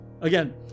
again